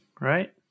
right